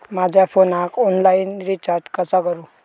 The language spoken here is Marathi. माझ्या फोनाक ऑनलाइन रिचार्ज कसा करू?